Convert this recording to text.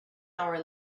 hour